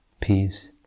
peace